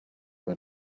when